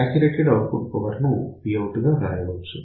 saturated output power ను Psat గా రాయవచ్చు